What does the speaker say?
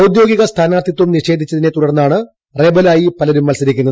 ഔദ്യോഗിക് സ്ഥാനാർത്ഥിത്വം നിഷേധിച്ചതിനെ തുടർന്നാണ് റിബലായി പൽരൂം മത്സരിക്കുന്നത്